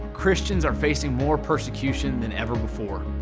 christians are facing more persecution than ever before.